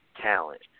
talent